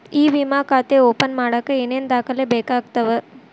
E ವಿಮಾ ಖಾತೆ open ಮಾಡಕ ಏನೇನ್ ದಾಖಲೆ ಬೇಕಾಗತವ